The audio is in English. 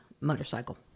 motorcycle